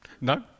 No